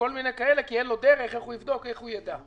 תודה רבה.